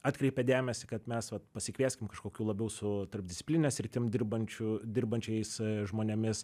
atkreipia dėmesį kad mes vat pasikvieskim kažkokių labiau su tarpdisciplinine sritim dirbančių dirbančiais žmonėmis